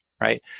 right